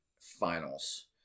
finals